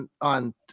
on